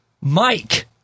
Mike